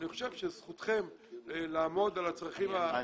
אני חושב שזכותכם לעמוד על הצרכים ואני